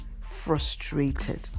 frustrated